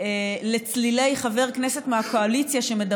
מקבלת מרשם.